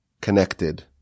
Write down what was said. connected